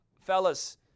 fellas